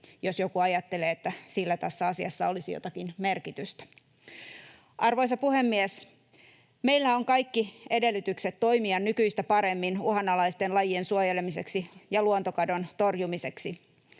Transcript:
jos joku ajattelee, että sillä tässä asiassa olisi jotakin merkitystä. Arvoisa puhemies! Meillä on kaikki edellytykset toimia nykyistä paremmin uhanalaisten lajien suojelemiseksi ja luontokadon torjumiseksi.